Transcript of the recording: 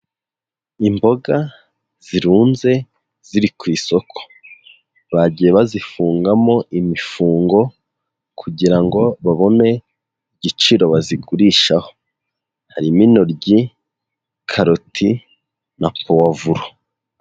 Imboga zirunze ziri ku isoko, bagiye bazifungamo imifungo kugira ngo babone igiciro bazigurishaho, harimo intoryi, karoti na puwavuro.